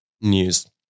news